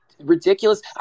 ridiculous